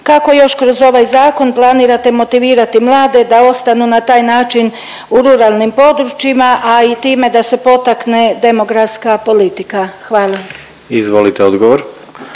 Kako još kroz ovaj zakon planirate motivirati mlade da ostanu na taj način u ruralnim područjima, a i time da se potakne demografska politika? Hvala. **Jandroković,